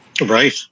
right